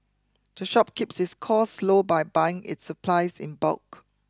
the shop keeps its costs low by buying its supplies in bulk